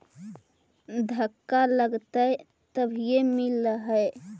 धक्का लगतय तभीयो मिल है?